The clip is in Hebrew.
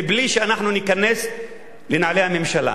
מבלי שאנחנו ניכנס לנעלי הממשלה.